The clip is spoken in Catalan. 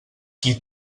qui